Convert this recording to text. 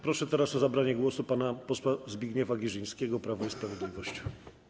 Proszę teraz o zabranie głosu pana posła Zbigniewa Girzyńskiego, Prawo i Sprawiedliwość.